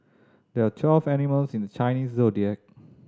there are twelve animals in the Chinese Zodiac